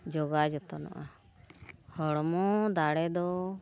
ᱡᱚᱜᱟᱣ ᱡᱚᱛᱚᱱᱚᱜᱼᱟ ᱦᱚᱲᱢᱚ ᱫᱟᱲᱮ ᱫᱚ